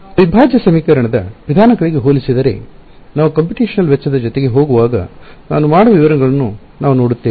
ಅವಿಭಾಜ್ಯ ಸಮೀಕರಣದ ವಿಧಾನಗಳಿಗೆ ಹೋಲಿಸಿದರೆ ನಾವು ಕಂಪ್ಯೂಟೇಶನಲ್ ವೆಚ್ಚದ ಜೊತೆಗೆ ಹೋಗುವಾಗ ನಾನು ಮಾಡುವ ವಿವರಗಳನ್ನು ನಾವು ನೋಡುತ್ತೇವೆ